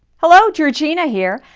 hello! georgina here.